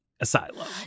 Asylum